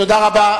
תודה רבה.